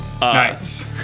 Nice